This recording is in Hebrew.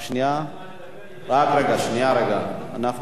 תיכף אנחנו נברר, בוא תעלה בינתיים, תתחיל לדבר.